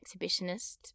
exhibitionist